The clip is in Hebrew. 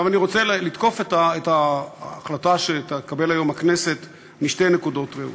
עכשיו אני רוצה לתקוף את ההחלטה שתקבל היום הכנסת משתי נקודות ראות,